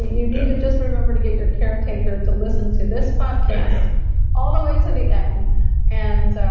you need to just remember to get your caretaker to listen to this podcast all the way to the end and so